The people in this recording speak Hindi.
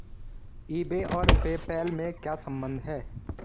ई बे और पे पैल में क्या संबंध है?